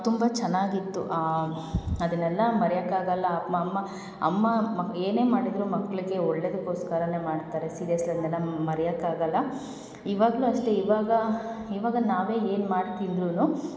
ತುಂಬ ಚೆನ್ನಾಗಿತ್ತು ಅದನ್ನೆಲ್ಲ ಮರೆಯಕ್ಕಾಗಲ್ಲ ಮ ಅಮ್ಮ ಅಮ್ಮ ಮಕ್ಳ್ ಏನೇ ಮಾಡಿದ್ರೂ ಮಕ್ಳಿಗೆ ಒಳ್ಳೆದಕ್ಕೋಸ್ಕರವೇ ಮಾಡ್ತಾರೆ ಸೀರ್ಯೆಸ್ಲಿ ಅದನ್ನೆಲ್ಲ ಮರೆಯಕ್ಕಾಗಲ್ಲ ಇವಾಗ್ಲೂ ಅಷ್ಟೇ ಇವಾಗ ಇವಾಗ ನಾವೇ ಏನು ಮಾಡಿ ತಿಂದ್ರೂ